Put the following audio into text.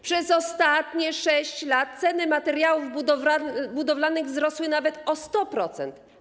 Przez ostatnie 6 lat ceny materiałów budowlanych wzrosły nawet o 100%.